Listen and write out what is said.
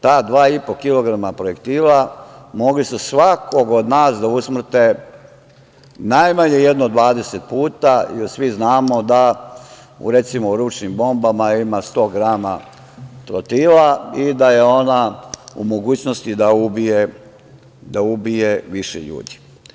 Ta dva i po kilograma projektila mogli su svakog od nas da usmrte najmanje jedno 20 puta, jer svi znamo da recimo u ručnim bombama ima 100 grama trotila i da je ona u mogućnosti da ubije više ljudi.